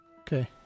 Okay